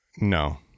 No